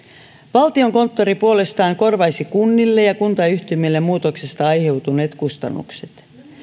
valtiokonttori puolestaan korvaisi kunnille ja kuntayhtymille muutoksesta aiheutuneet kustannukset